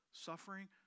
Suffering